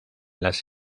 las